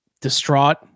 distraught